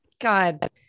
God